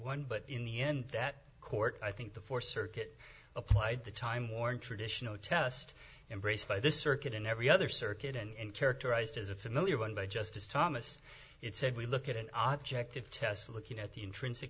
one but in the end that court i think the force circuit applied the time worn traditional test embraced by this circuit in every other circuit and characterized as a familiar one by justice thomas it said we look at an object of test looking at the intrinsic